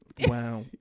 wow